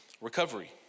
Recovery